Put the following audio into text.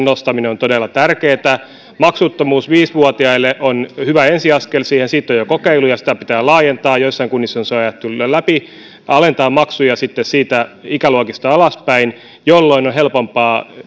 nostaminen on todella tärkeää maksuttomuus viisi vuotiaille on hyvä ensiaskel siihen siitä on jo kokeiluja ja sitä pitää laajentaa joissain kunnissa se on ajettu jo läpi ja sitten maksujen alentaminen ikäluokissa alaspäin jolloin on helpompaa